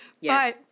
Yes